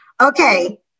Okay